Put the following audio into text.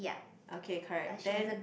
okay correct then